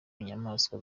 nyamaswa